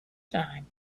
time